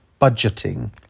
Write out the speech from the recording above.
budgeting